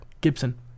Gibson